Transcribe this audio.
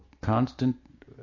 constant